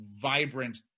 vibrant